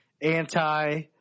anti